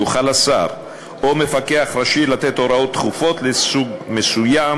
יוכל השר או מפקח ראשי לתת הוראות דחופות לסוג מסוים